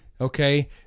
Okay